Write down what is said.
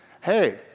Hey